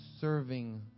serving